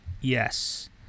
Yes